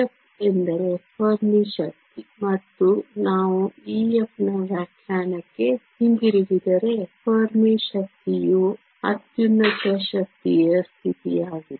EF ಎಂದರೆ Fermi ಶಕ್ತಿ ಮತ್ತು ನಾವು EF ನ ವ್ಯಾಖ್ಯಾನಕ್ಕೆ ಹಿಂತಿರುಗಿದರೆ ಫೆರ್ಮಿ ಶಕ್ತಿಯು ಅತ್ಯುನ್ನತ ಶಕ್ತಿಯ ಸ್ಥಿತಿಯಾಗಿದೆ